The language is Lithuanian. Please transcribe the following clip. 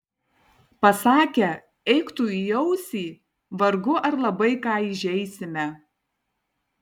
pasakę eik tu į ausį vargu ar labai ką įžeisime